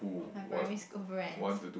my primary school friends